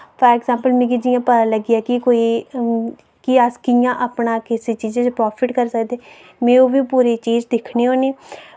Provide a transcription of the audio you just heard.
for example मिकी जि'यां पता लग्गी जै कि कोई कि अस कि'यां अपना किसे चीजे च प्राफिट करी सकदे में ओहबी पूरी चीज दिक्खनी होन्नी